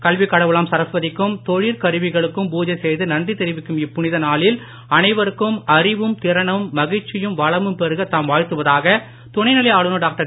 கல்வி கடவுளாம் சரஸ்வதிக்கும் தொழிற் கருவிகளுக்கும் பூஜை செய்து நன்றி தெரிவிக்கும் இப்புனித நாளில் அனைவருக்கும் அறிவும் திறனும் மகிழ்ச்சியும் வளமும் பெருகத் தாம் வாழ்த்துவதாக துணைநிலை ஆளுநர் டாக்டர்